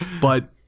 But-